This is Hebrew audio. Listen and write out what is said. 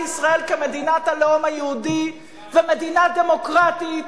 ישראל כמדינת הלאום היהודי ומדינה דמוקרטית,